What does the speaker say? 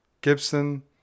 Gibson